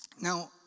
Now